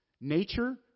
nature